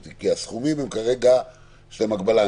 כי על הסכומים כרגע יש הגבלה,